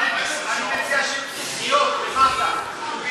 אני מציע שיהיו כתוביות למטה.